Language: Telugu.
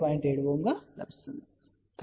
7 Ω లభిస్తుంది